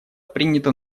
принято